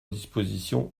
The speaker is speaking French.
dispositions